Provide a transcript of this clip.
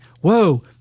whoa